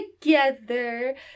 together